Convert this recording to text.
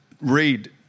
read